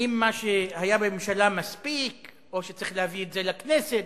האם מה שהיה בממשלה מספיק או שצריך להביא את זה לכנסת?